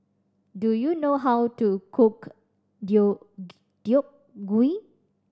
do you know how to cook Deodeok Gui